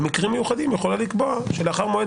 במקרים מיוחדים היא יכולה לקבוע שלאחר מועד